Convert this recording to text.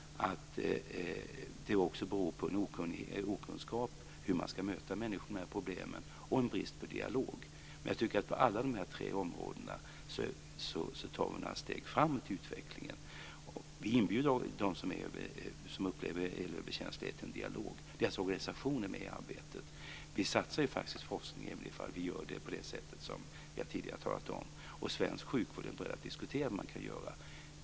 Det beror också på en okunskap om hur man ska möta människor med dessa problem och en brist på dialog. På alla de tre områdena tar vi några steg framåt i utvecklingen. Vi inbjuder dem som upplever elöverkänslighet till en dialog. Deras organisationer är med i arbetet. Vi satsar på forskning även om vi gör det på det sätt som jag tidigare talat om. Svensk sjukvård är beredd att diskutera vad man kan göra.